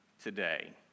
today